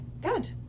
Good